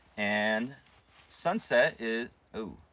and sunset is ooh